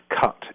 cut